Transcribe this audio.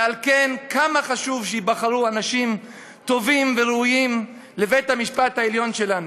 ועל כן כמה חשוב שייבחרו אנשים טובים וראויים לבית-המשפט העליון שלנו.